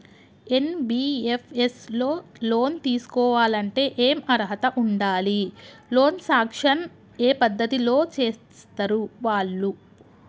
NBFS లో loan తీస్కోవాలంటే ఏం అర్హత ఉండాలి? లోన్ సాంక్షన్ ఏ పద్ధతి లో చేస్తరు వాళ్లు?